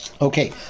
Okay